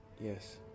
Yes